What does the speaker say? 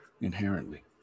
inherently